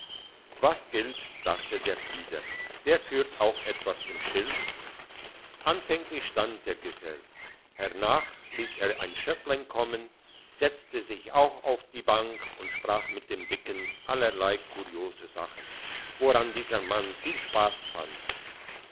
was gilt's dachte der frieder der führt auch etwas im schild anfänglich stand der gesell hernach liess er ein schöpplein kommen setzte sich auch auf den bank und sprach mit dem dicken allerlei kuriose sachen woran dieser mann viel spass fand